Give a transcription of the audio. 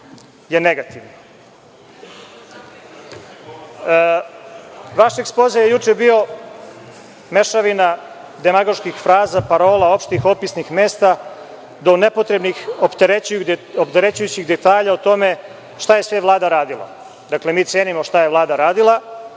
je negativno. Vaš Ekspoze je juče bio mešavina demagoških fraza, parola opštih opisnih mesta, do nepotrebnih, opterećujućih detalja o tome šta je sve Vlada radila. Mi cenimo šta je Vlada radila,